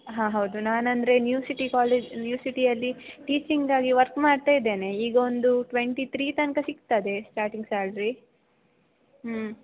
ಹಾಂ ಹೌದು ನಾನು ಅಂದ್ರೆ ನ್ಯೂ ಸಿಟಿ ಕಾಲೇಜ್ ನ್ಯೂ ಸಿಟಿಯಲ್ಲಿ ಟೀಚಿಂಗಾಗಿ ವರ್ಕ್ ಮಾಡ್ತಾಯಿದ್ದೇನೆ ಈಗ ಒಂದು ಟ್ವೆಂಟಿ ತ್ರೀ ತನಕ ಸಿಗ್ತದೆ ಸ್ಟಾಟಿಂಗ್ ಸ್ಯಾಲ್ರಿ ಹ್ಞೂ